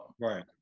Right